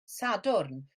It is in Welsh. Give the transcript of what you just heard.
sadwrn